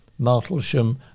Martlesham